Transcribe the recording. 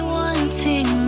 wanting